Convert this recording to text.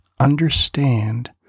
Understand